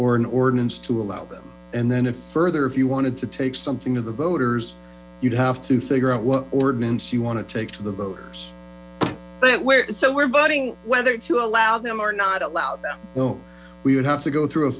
or an ordinance to allow them and then further if you wanted to take something to the voters you'd have to figure out what ordinance you want to take to the voters so we're voting whether to allow them or not allow them we would have to go through a